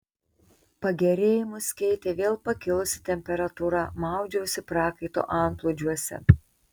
pagerėjimus keitė vėl pakilusi temperatūra maudžiausi prakaito antplūdžiuose